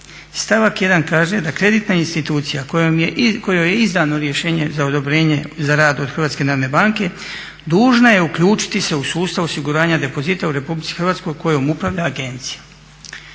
Stavak 1. kaže da kreditne institucija kojoj je izravno rješenje za odobrenje za rad od Hrvatske narodne banke dužna je uključiti se u sustav osiguranja depozita u Republici Hrvatskoj kojom upravlja agencija.